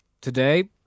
Today